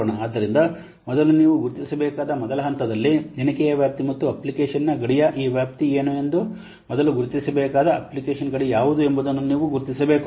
ಆದ್ದರಿಂದ ಮೊದಲು ನೀವು ಗುರುತಿಸಬೇಕಾದ ಮೊದಲ ಹಂತದಲ್ಲಿ ಎಣಿಕೆಯ ವ್ಯಾಪ್ತಿ ಮತ್ತು ಅಪ್ಲಿಕೇಶನ್ನ ಗಡಿಯ ಈ ವ್ಯಾಪ್ತಿ ಏನು ಮತ್ತು ಮೊದಲು ಗುರುತಿಸಬೇಕಾದ ಅಪ್ಲಿಕೇಶನ್ ಗಡಿ ಯಾವುದು ಎಂಬುದನ್ನು ನೀವು ಗುರುತಿಸಬೇಕು